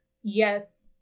yes